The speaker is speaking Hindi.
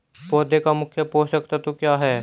पौधे का मुख्य पोषक तत्व क्या हैं?